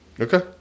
Okay